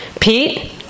Pete